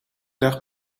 dag